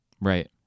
right